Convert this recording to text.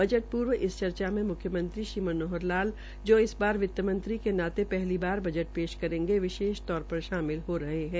budget से पूर्व इस चर्चा में म्ख्यमंत्री श्री मनोहर लाल तो इस बार वित मंत्री नाते पहली बार बजट पेश करेंगे विशेष तौर पर शामिल हो रहे है